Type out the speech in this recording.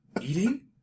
Eating